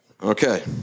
Okay